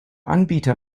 anbieter